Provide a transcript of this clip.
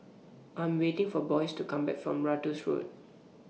I Am waiting For Boyce to Come Back from Ratus Road